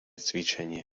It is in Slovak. cvičenie